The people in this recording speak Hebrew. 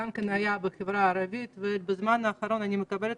גם היו בחברה הערבית ובזמן האחרון אני מקבלת